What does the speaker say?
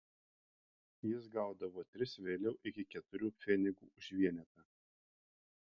jis gaudavo tris vėliau iki keturių pfenigų už vienetą